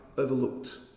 overlooked